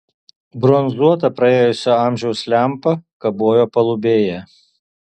bronzuota praėjusio amžiaus lempa kabojo palubėje